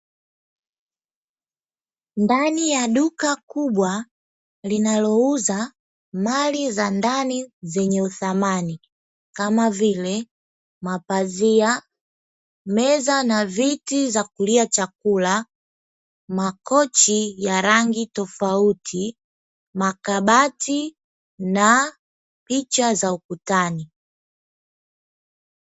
Ndani ya duka kubwa linalouza mali za ndani zenye uthamani kama vile mapazia, meza na viti za kulia chakula, makochi ya rangi tofauti, makabati na picha za ukutani.